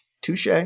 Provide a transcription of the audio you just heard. Touche